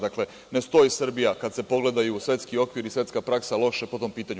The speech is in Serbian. Dakle, ne stoji Srbija, kada se pogledaju svetski okviri i svetska praksa, loše po tom pitanju.